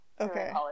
Okay